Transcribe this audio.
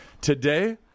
today